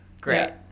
Great